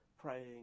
praying